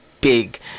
big